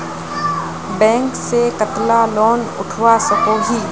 Bank से कतला loan उठवा सकोही?